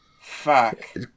Fuck